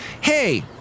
Hey